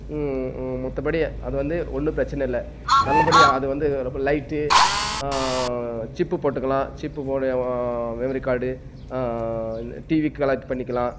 மற்ற படி அது வந்து ஒன்றும் பிரச்சனை இல்லை நல்லபடியாக அது வந்து நம்ம லைட்டு சிப்பு போட்டுக்கலாம் சிப்பு போடு மெமரி கார்டு டிவி கனெக்ட் பண்ணிக்கலாம்